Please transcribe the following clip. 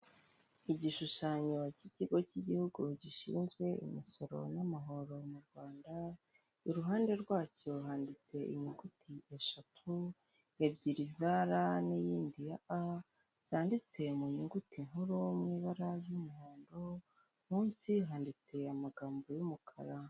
Abagabo babiri barimo baragenda n'umugore umwe uri imbere yabo, umugabo umwe yambaye ishati ya karokaro irimo amabara atandukanye ubururu, umukara, hasi ikabutura y'umukara mugenzi we akaba yambaye ipantaro y'ubururu na bage n'umupira w'umukara.